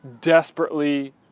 desperately